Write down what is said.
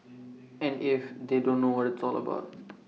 and if they don't know what tall about